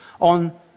on